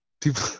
people